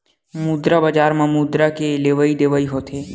मुद्रा बजार म मुद्रा के लेवइ देवइ होथे